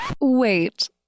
Wait